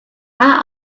are